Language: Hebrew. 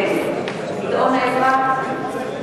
נגד גדעון עזרא,